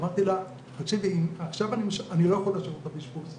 אמרתי לה שאני לא יכול להשאיר אותה באשפוז,